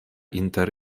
inter